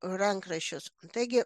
rankraščius taigi